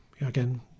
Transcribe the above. again